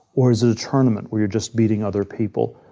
or is it a tournament where you're just beating other people?